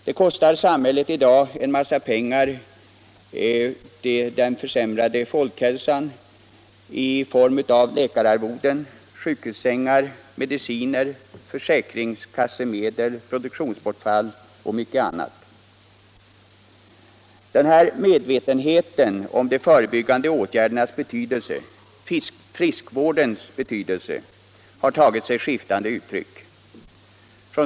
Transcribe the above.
Den försämrade folkhälsan kostar i dag samhället en massa pengar i form av läkararvoden, sjukhusplatser, mediciner, försäkringskassemedel, produktionsbortfall och mycket annat. Den här medvetenheten om de förebyggande åtgärdernas betydelse, 33 friskvårdens betydelse, har tagit sig skiftande uttryck.